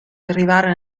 arrivare